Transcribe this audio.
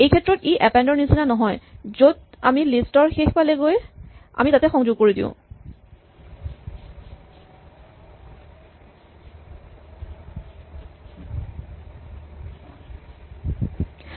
এইক্ষেত্ৰত ই এপেন্ড ৰ নিচিনা নহয় য'ত আমি লিষ্ট ৰ শেষ পালেগৈ আমি তাতে সংযোগ কৰিব লাগে